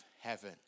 heaven